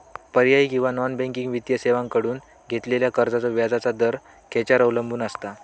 पर्यायी किंवा non banking वित्तीय सेवांकडसून घेतलेल्या कर्जाचो व्याजाचा दर खेच्यार अवलंबून आसता?